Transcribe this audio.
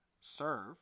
serve